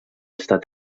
estat